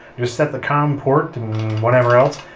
you just set the com port and whatever else.